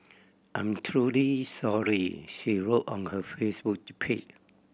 I'm truly sorry she wrote on her Facebook page